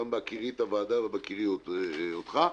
גם בהכירי את הוועדה ובהכירי אותך,